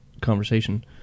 conversation